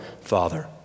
Father